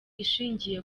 ishingiye